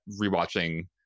rewatching